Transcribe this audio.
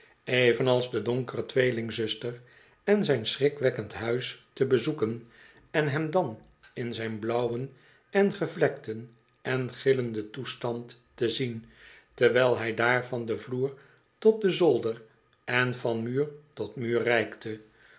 evenals de donkere tweelingzuster en zijn schrikwekkend huis te bezoeken en hem dan in zijn blauwen en gevlekten en gillenden toestand te zien terwijl hij daar van den vloer tot den zolder en van muur tot muur